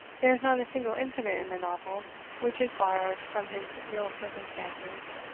there is not a single incident in the novel which is borrowed from his real circumstances,